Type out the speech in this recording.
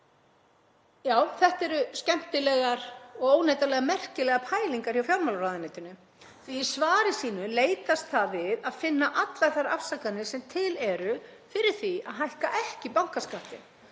Já, þetta eru skemmtilegar og óneitanlega merkilegar pælingar hjá fjármálaráðuneytinu því að í svari sínu leitast það við að finna allar þær afsakanir sem til eru fyrir því að hækka ekki bankaskattinn.